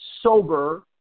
sober